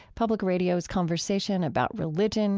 public radio's conversation about religion,